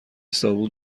صابون